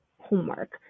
homework